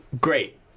great